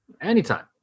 anytime